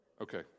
Okay